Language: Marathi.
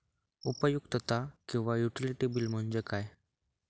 उपयुक्तता किंवा युटिलिटी बिल म्हणजे काय?